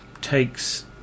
takes